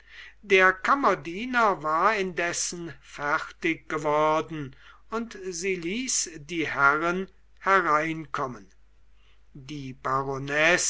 der kammerdiener war indessen fertig geworden und sie ließ die herren hereinkommen die